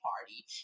party